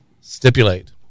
stipulate